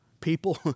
people